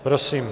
Prosím.